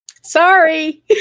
Sorry